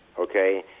Okay